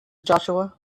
joshua